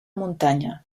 muntanya